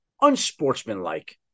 unsportsmanlike